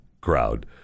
crowd